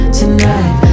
tonight